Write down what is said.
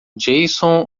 json